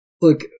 look